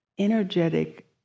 energetic